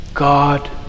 God